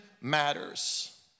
matters